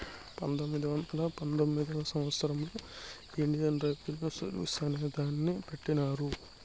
పంతొమ్మిది వందల పంతొమ్మిదివ సంవచ్చరంలో ఇండియన్ రెవిన్యూ సర్వీస్ అనే దాన్ని పెట్టినారు